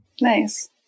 nice